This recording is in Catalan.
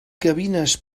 gavines